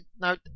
Now